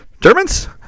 Germans